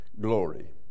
glory